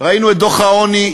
ראינו את דוח העוני: